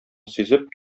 сизеп